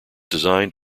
designed